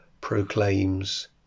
proclaims